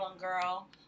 girl